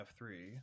F3